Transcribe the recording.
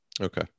Okay